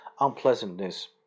unpleasantness